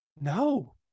No